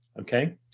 Okay